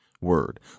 word